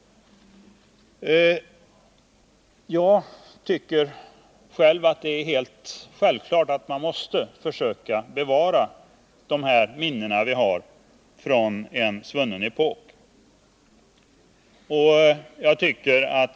Jag tycker att det är helt självklart att vi måste försöka bevara de minnen som vi har från en svunnen epok.